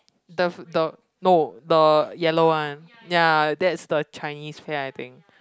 the the no the yellow one ya that's the Chinese pear I think